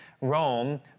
Rome